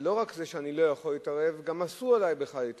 לא רק שאני לא יכול להתערב, גם אסור לי להתערב.